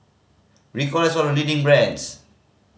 Ricola is one of the leading brands